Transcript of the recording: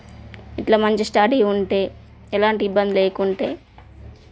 ఇట్లా మంచి స్టడీ ఉంటే ఎలాంటి ఇబ్బంది లేకుంటే